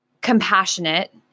compassionate